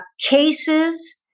cases